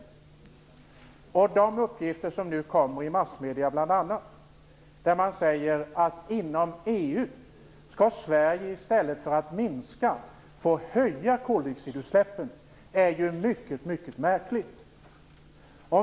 Nu kommer det uppgifter, bl.a. i massmedierna, där man säger att Sverige inom EU i stället för att minska skall få höja koldioxidutsläppen. Det är mycket märkligt.